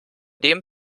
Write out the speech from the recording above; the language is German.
dem